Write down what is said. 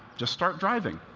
just start driving.